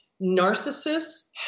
Narcissists